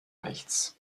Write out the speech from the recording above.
nichts